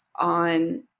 on